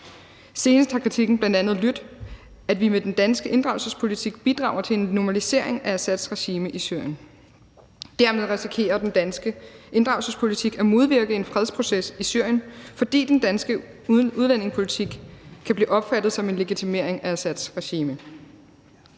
Senest har kritikken bl.a. lydt, at vi med den danske inddragelsespolitik bidrager til en normalisering af Assads regime i Syrien. Dermed risikerer den danske inddragelsespolitik at modvirke en fredsproces i Syrien, fordi den danske udlændingepolitik kan blive opfattet som en legitimering af Assads regime.